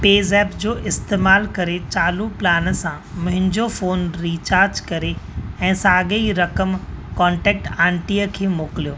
पे ज़ेप्प जो इस्तेमाल करे चालू प्लान सां मुंहिंजो फ़ोन रीचार्ज करे ऐं साॻे ई रक़म कॉन्टेक्ट आंटीअ खे मोकिलियो